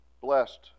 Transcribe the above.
Blessed